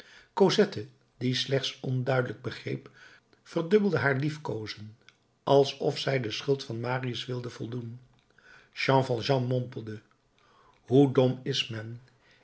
cosette die slechts onduidelijk begreep verdubbelde haar liefkoozen alsof zij de schuld van marius wilde voldoen jean valjean mompelde hoe dom is men